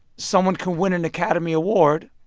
someone can win an academy award